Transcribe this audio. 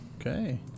Okay